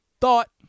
thought